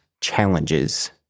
challenges